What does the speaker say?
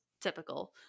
typical